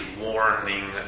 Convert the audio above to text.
warning